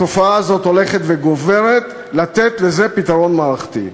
התופעה הזאת הולכת וגוברת, לתת לזה פתרון מערכתי.